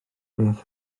beth